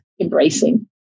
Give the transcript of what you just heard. embracing